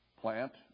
plant